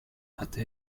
hatte